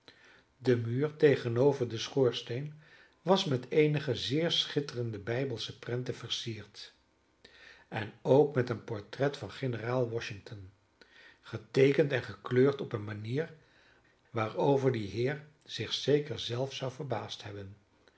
de muur tegenover den schoorsteen was met eenige zeer schitterende bijbelsche prenten versierd en ook met een portret van generaal washington geteekend en gekleurd op een manier waarover die heer zich zeker zelf zou verbaasd hebben